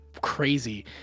crazy